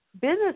business